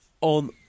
on